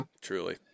truly